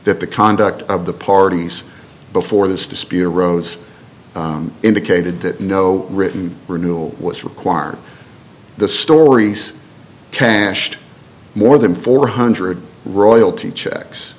that the conduct of the parties before this dispute arose indicated that no written renewal was required the stories cashed more than four hundred royalty checks